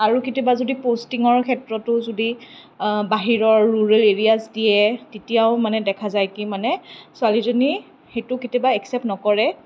আৰু কেতিয়াবা যদি প'ষ্টিঙৰ ক্ষেত্ৰতো যদি বাহিৰৰ ৰুৰেল এৰিয়াছ দিয়ে তেতিয়াও মানে দেখা যায় কি মানে ছোৱালীজনী সেইটো কেতিয়াবা একচেপ্ট নকৰে